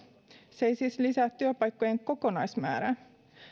se ei siis lisää työpaikkojen kokonaismäärää